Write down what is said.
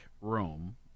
Rome